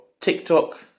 TikTok